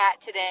today